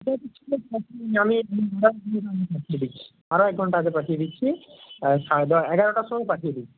আমি আরও এক ঘণ্টা আগে পাঠিয়ে দিচ্ছি এগারোটার সময় পাঠিয়ে দিচ্ছি